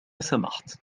سمحت